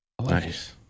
Nice